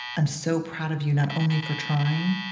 i'm so proud of you not only for trying,